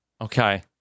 Okay